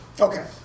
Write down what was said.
Okay